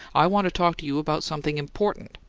i want to talk to you about something important.